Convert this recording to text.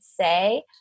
say